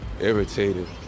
irritated